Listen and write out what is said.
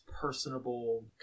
personable